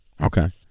Okay